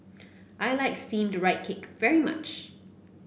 I like steamed Rice Cake very much